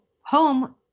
home